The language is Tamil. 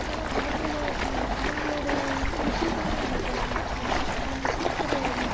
ஏனால் அவங்களோட ஏனா அவங்களோடய ருசி தானே நமக்கு முக்கியம் அவங்க சாப்படற